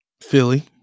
Philly